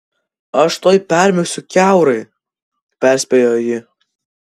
aš tuoj permirksiu kiaurai perspėjo ji